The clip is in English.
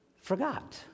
forgot